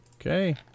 Okay